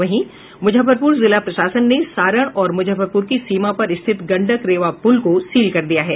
वहीं मुजफ्फरपुर जिला प्रशासन ने सारण और मुजफ्फरपुर की सीमा पर स्थित गंडक रेवा पुल को सील कर दिया है